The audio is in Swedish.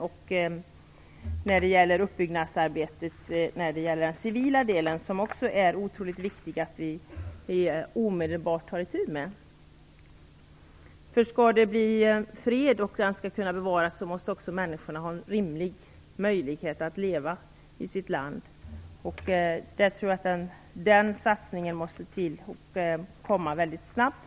Vidare gäller det uppbyggnadsarbetet i den civila delen. Det är otroligt viktigt att vi tar itu med det här. För att det skall bli fred och för att denna skall kunna bevaras måste människorna ha rimliga möjligheter att leva i sitt land. Jag tror att en sådan satsning behövs och att den måste komma väldigt snabbt.